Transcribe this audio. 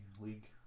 league